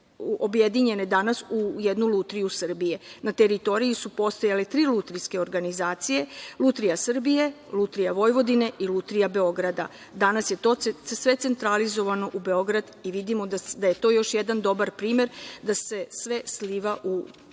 objedinjene danas u jednu „Lutriju Srbije“. Na teritoriji su postojale tri lutrijske organizacije, „Lutrija Srbije“, „Lutrija Vojvodine“ i „Lutrija Beograda“. Danas je sve to centralizovano u Beograd i vidimo da je to još jedan dobar primer da se sve sliva u državni